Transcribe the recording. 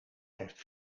heeft